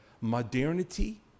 modernity